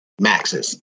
maxes